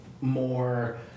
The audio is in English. more